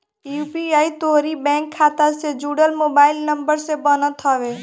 UPI तोहरी bank खाता से जुड़ल मोबाइल नंबर से बनत हवे